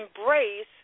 embrace